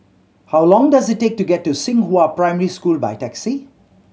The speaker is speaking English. how long does it take to get to Xinghua Primary School by taxi